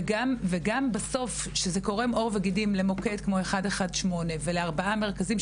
וגם בסוף כשזה קורם עור וגידים למוקד כמו 118 ולארבעה מרכזים,